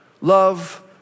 Love